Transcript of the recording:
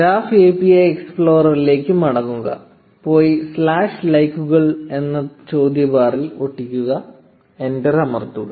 graph API എക്സ്പ്ലോററിലേക്ക് മടങ്ങുക പോയി സ്ലാഷ് ലൈക്കുകൾ എന്നത ചോദ്യ ബാറിൽ ഒട്ടിക്കുക എന്റർ അമർത്തുക